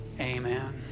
Amen